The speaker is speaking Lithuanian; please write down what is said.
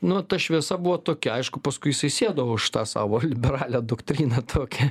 nu ta šviesa buvo tokia aišku paskui jisai sėdo už tą savo liberalią doktriną tokią